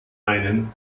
einen